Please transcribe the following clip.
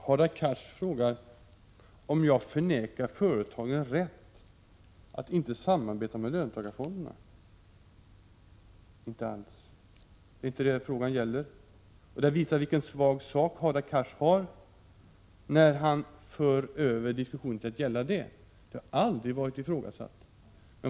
Herr talman! Hadar Cars frågar om jag förvägrar företagare rätten att inte samarbeta med löntagarfonderna. Inte alls! Det är inte det frågan gäller. Hadar Cars visar vilken svag sak han försvarar när han för över diskussionen på det planet.